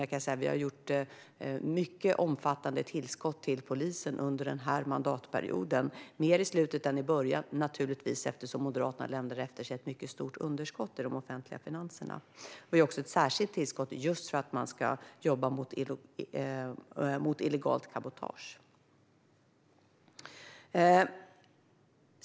Vi har gett polisen mycket omfattande tillskott under denna mandatperiod - mer i slutet än i början, naturligtvis, eftersom Moderaterna lämnade efter sig ett mycket stort underskott i de offentliga finanserna. Vi har också ett särskilt tillskott just för att man ska jobba mot illegalt cabotage.